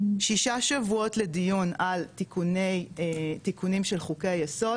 שישה שבועות לדיון על תיקונים של חוקי היסוד,